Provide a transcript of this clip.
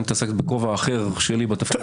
אני התעסקתי בכובע אחר שלי בתפקיד הקודם.